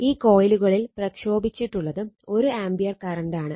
ഈ കോയിലുകളിൽ പ്രക്ഷോഭിച്ചിട്ടുള്ളത് 1 ആംപിയർ കറണ്ടാണ്